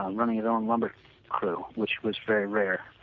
running his own lumber crew, which was very rare.